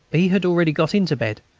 b. had already got into bed,